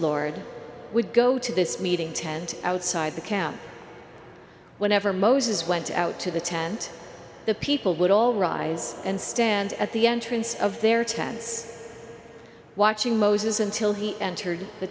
lord would go to this meeting tent outside the camp whenever moses went out to the tent the people would all rise and stand at the entrance of their tents watching moses until he entered the